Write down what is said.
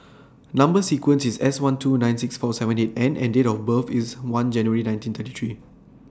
Number sequence IS S one two nine six four seven eight N and Date of birth IS one January nineteen thirty three